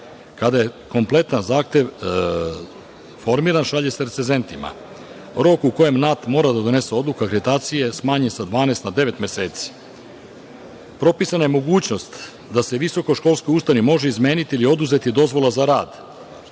Kada je kompletan zahtev formiran, šalje se recezentima. Rok u kojem „NAT“ mora da donese odluku akreditacije smanjen sa 12 na devet meseci. Propisana je mogućnost da se visokoškolskoj ustanovi može izmeniti ili oduzeti dozvola za rad